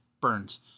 Burns